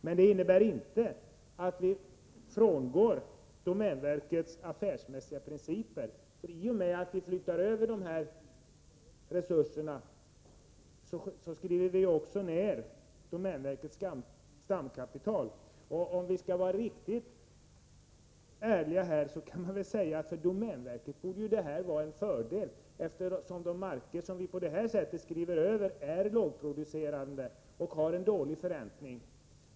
Men det innebär inte att vi frångår domänverkets affärsmässiga principer. I och med att vi flyttar över dessa resurser skriver vi ju också ned domänverkets stamkapital. Om vi skall vara riktigt ärliga, kan vi väl säga att för domänverket borde detta vara en fördel, eftersom de marker som vi skriver över är lågproducerande och har dålig förräntning.